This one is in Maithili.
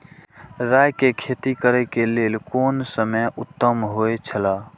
राय के खेती करे के लेल कोन समय उत्तम हुए छला?